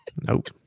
Nope